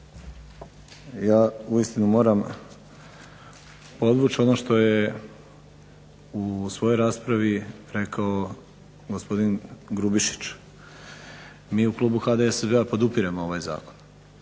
Ja uistinu moram podvući ono što je u svojoj raspravi rekao gospodin Grubišić. Mi u klubu HDSSB-a podupiremo ovaj zakon,